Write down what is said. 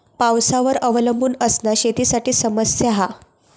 पावसावर अवलंबून असना शेतीसाठी समस्या हा